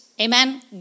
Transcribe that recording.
Amen